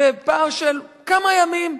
בפער של כמה ימים,